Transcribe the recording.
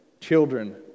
children